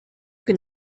can